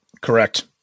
Correct